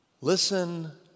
listen